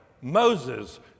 Moses